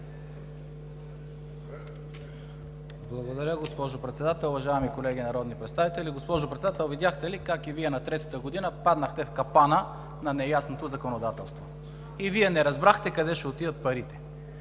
Благодаря Ви, госпожо Председател. Уважаеми колеги народни представители! Госпожо Председател, видяхте ли как и Вие на третата година паднахте в капана на неясното законодателство? И Вие не разбрахте къде ще отидат парите!